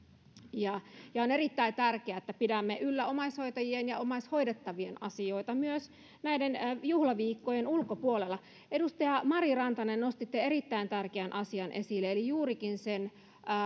on erittäin tärkeää että pidämme yllä omaishoitajien ja omaishoidettavien asioita myös näiden juhlaviikkojen ulkopuolella edustaja mari rantanen nostitte erittäin tärkeän asian esille eli juurikin